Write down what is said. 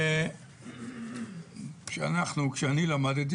כשאני למדתי,